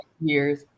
years